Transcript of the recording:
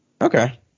Okay